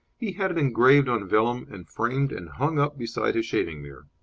he had it engraved on vellum and framed and hung up beside his shaving-mirror.